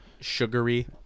sugary